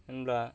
होनब्ला